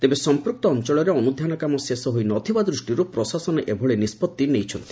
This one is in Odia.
ତେବେ ସମ୍ମୁକ୍ତ ଅଞ୍ଞଳରେ ଅନୁଧ୍ଧାନ କାମ ଶେଷ ହୋଇ ନ ଥିବା ଦୂଷ୍ଟିରୁ ପ୍ରଶାସନ ଏଭଳି ନିଷ୍ବତ୍ତି ନେଇଛନ୍ତି